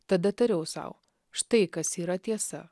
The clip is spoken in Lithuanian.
tada tariau sau štai kas yra tiesa